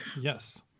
Yes